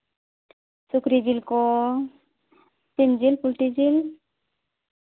ᱥᱩᱠᱨᱤ ᱡᱤᱞ ᱠᱚ ᱥᱤᱢ ᱡᱤᱞ ᱯᱳᱞᱴᱤ ᱡᱤᱞ